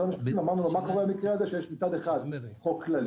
המשפטים: מה קורה כשיש מצד אחד חוק כללי,